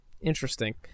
Interesting